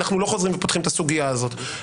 אנחנו לא חוזרים ופותחים את הסוגיה הזאת.